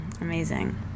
amazing